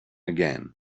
again